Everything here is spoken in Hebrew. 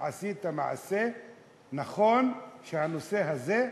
עשית מעשה נכון שהנושא הזה,